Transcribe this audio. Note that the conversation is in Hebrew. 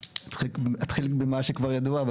אתחיל במה שכבר ידוע,